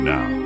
Now